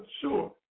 sure